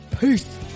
Peace